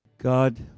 God